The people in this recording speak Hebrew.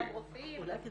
גם רוקחים, גם רופאים.